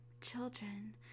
children